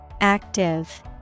active